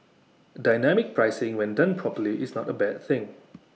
dynamic pricing when done properly is not A bad thing